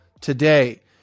today